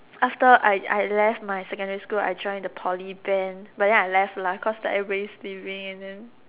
after I I left my secondary school I join the Poly band but then I left lah cause like everybody is leaving and then